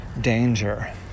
danger